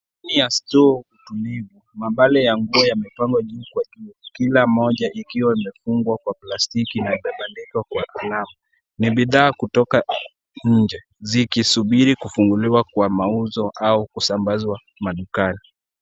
Ndani ya stoo tulivu mabale ya nguo yamepangwa juu kwa juu. Kila moja ikiwa imefungwa kwa plastiki na imebandikwa kwa kalamu. Ni bidhaa kutoka nje, zikisubiri kufunguliwa kwa mauzo au kusambazwa madukani.